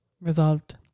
Resolved